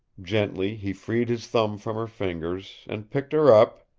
gently he freed his thumb from her fingers, and picked her up,